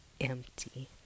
Empty